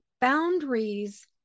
boundaries